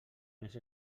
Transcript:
més